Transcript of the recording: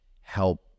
help